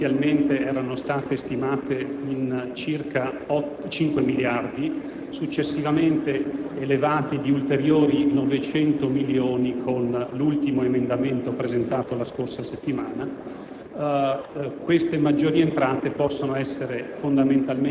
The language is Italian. di queste maggiori entrate, che inizialmente erano state stimate in circa 5 miliardi di euro e che successivamente sono state elevate di ulteriori 900 milioni, con l'ultimo emendamento presentato la scorsa settimana.